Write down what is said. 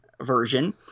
version